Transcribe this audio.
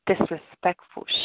disrespectful